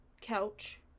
couch